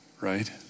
right